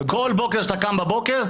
כל בוקר כשאתה קם בבוקר,